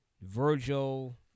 Virgil